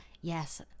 Yes